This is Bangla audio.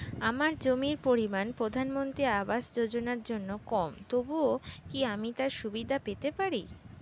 আমার জমির পরিমাণ প্রধানমন্ত্রী আবাস যোজনার জন্য কম তবুও কি আমি তার সুবিধা পেতে পারি?